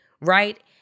Right